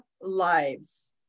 lives